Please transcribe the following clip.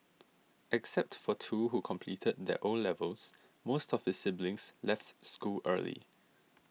except for two who completed their O levels most of his siblings left school early